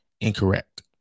incorrect